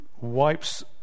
wipes